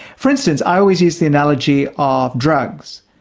for instance, i always use the analogy of drugs.